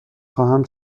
خواهم